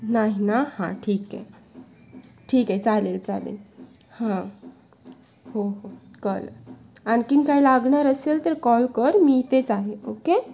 नाही ना हां ठीक आहे ठीक आहे चालेल चालेल हां हो हो कळलं आणखीन काही लागणार असेल तर कॉल कर मी इथेच आहे ओके